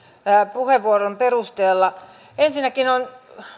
puheenvuorojen perusteella ensinnäkin on